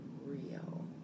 real